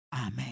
Amen